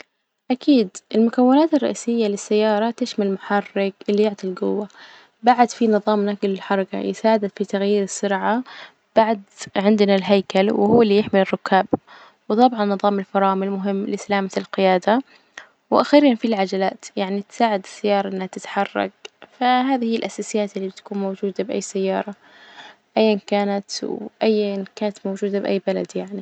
أكيد المكونات الرئيسية للسيارة تشمل محرك اللي يعطي الجوة، بعد فيه نظام نجل الحركة يساعدك في تغيير السرعة، بعد عندنا الهيكل وهو اللي يحمل الركاب، وطبعا نظام الفرامل مهم لسلامة القيادة، وأخيرا فيه العجلات يعني تساعد السيارة إنها تتحرك، فهذي هي الأساسيات اللي تكون موجودة بأي سيارة أيا كانت، وأيا كانت موجودة بأي بلد يعني.